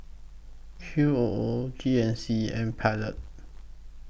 Q O O G N C and Pilot